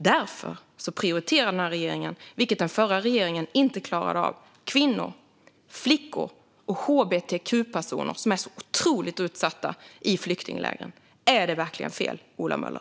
Därför prioriterar den här regeringen, vilket den förra regeringen inte klarade av, kvinnor, flickor och hbtq-personer, som är så otroligt utsatta i flyktinglägren. Är det verkligen fel, Ola Möller?